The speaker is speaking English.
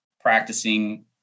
practicing